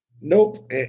Nope